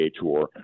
tour